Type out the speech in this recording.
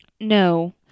No